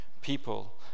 people